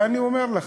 ואני אומר לכם,